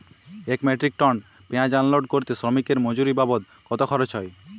এক metric ton পেঁয়াজ unload করতে শ্রমিকের মজুরি বাবদ কত খরচ হয়?